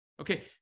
Okay